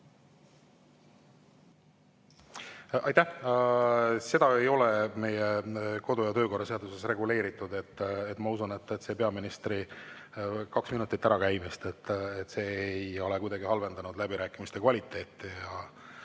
Aitäh! Seda ei ole meie kodu‑ ja töökorra seaduses reguleeritud. Ma usun, et see peaministri kaheminutiline ärakäimine ei ole kuidagi halvendanud läbirääkimiste kvaliteeti. Ma